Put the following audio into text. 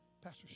Pastor